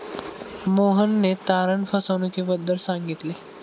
मोहनने तारण फसवणुकीबद्दल सांगितले